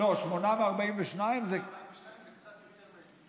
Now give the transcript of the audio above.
8 מ-42 זה קצת יותר מ-20%.